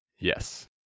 Yes